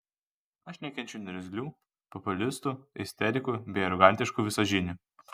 aš nekenčiu niurzglių populistų isterikų bei arogantiškų visažinių